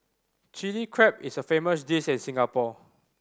Chilli Crab is a famous dish in Singapore